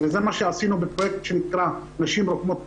זה מה שעשינו בפרויקט שנקרא "נשים רוקמות חלום".